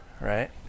right